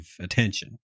attention